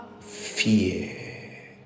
Fear